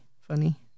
funny